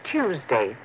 Tuesday